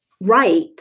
right